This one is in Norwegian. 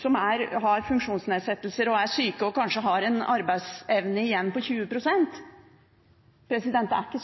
som har funksjonsnedsettelser, er syke og kanskje har en arbeidsevne på 20 pst.